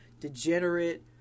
degenerate